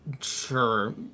Sure